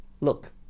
look